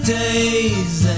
days